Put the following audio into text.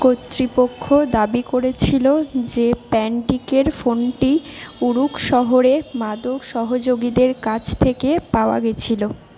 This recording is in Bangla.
কর্তৃপক্ষ দাবি করেছিলো যে প্যান্টিকের ফোনটি উরুক শহরে মাদক সহযোগীদের কাছ থেকে পাওয়া গেছিলো